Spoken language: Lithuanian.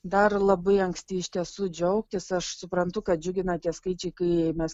dar labai anksti iš tiesų džiaugtis aš suprantu kad džiugina tie skaičiai kai mes